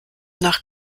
nach